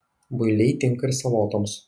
builiai tinka ir salotoms